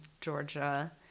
Georgia